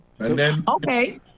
Okay